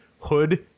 Hood